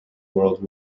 world